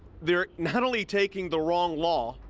they are not only taking the wrong law,